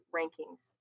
rankings